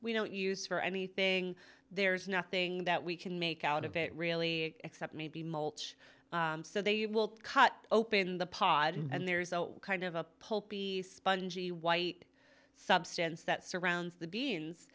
we don't use for anything there's nothing that we can make out of it really except maybe mulch so they will cut open the pod and there's all kind of a pulpy spongy white substance that surrounds the beans